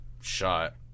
shot